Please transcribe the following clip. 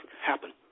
happen